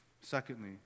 Secondly